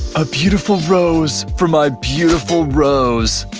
a beautiful rose for my beautiful rose!